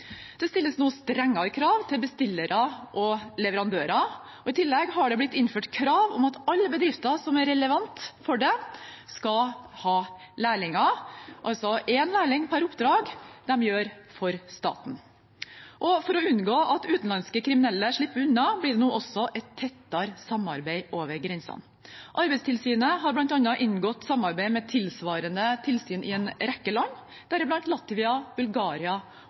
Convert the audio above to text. Det stilles nå strengere krav til bestillere og leverandører. I tillegg har det blitt innført krav om at alle bedrifter som er relevante for det, skal ha lærlinger, altså én lærling per oppdrag de gjør for staten. For å unngå at utenlandske kriminelle slipper unna, blir det nå et tettere samarbeid over grensene. Arbeidstilsynet har bl.a. inngått samarbeid med tilsvarende tilsyn i en rekke land, deriblant Latvia, Bulgaria